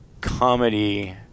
comedy